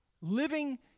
living